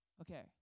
Okay